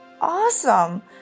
awesome